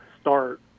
start